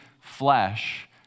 flesh